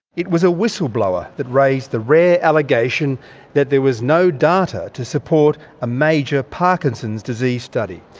it was a whistleblower that raised the rare allegation that there was no data to support a major parkinson's disease study.